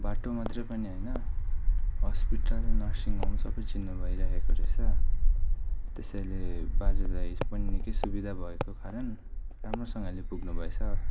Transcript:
बाटो मात्र पनि होइन हस्पिटल नर्सिङ होम सब चिन्नु भइरहेको रहेछ त्यसैले बाजेलाई निकै सुविधा भएको कारण राम्रोसँगले पुग्नु भएछ